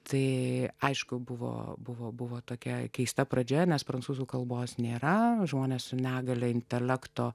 tai aišku buvo buvo buvo tokia keista pradžia nes prancūzų kalbos nėra žmones su negalia intelekto